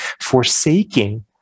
forsaking